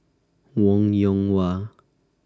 Wong Yoon Wah